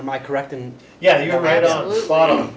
am i correct in yeah you're right on the bottom